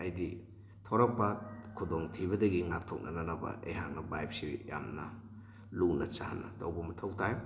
ꯍꯥꯏꯗꯤ ꯊꯣꯔꯛꯄ ꯈꯨꯗꯣꯡ ꯊꯤꯕꯗꯒꯤ ꯉꯥꯛꯊꯣꯛꯅꯅꯕ ꯑꯩꯍꯥꯛꯅ ꯕꯥꯏꯛꯁꯤ ꯌꯥꯝꯅ ꯂꯨꯅ ꯆꯥꯟꯅ ꯇꯧꯕ ꯃꯊꯧ ꯇꯥꯏ